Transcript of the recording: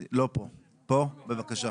בבקשה.